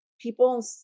people